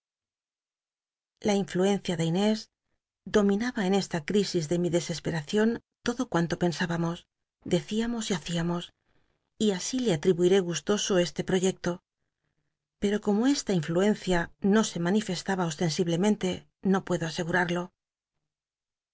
la in luencia de inés dominaba en esta crisis de biblioteca nacional de españa da vid copperfield mi desesperacion todo cuanto pensábamos decíamos y hacíamos y así le att'ibuité gustoso este proyecto pero como esta influencia no se manifestaba oslcnsiblemcnlc no puedo asegurado